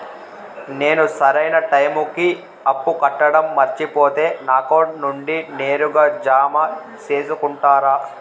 నేను సరైన టైముకి అప్పు కట్టడం మర్చిపోతే నా అకౌంట్ నుండి నేరుగా జామ సేసుకుంటారా?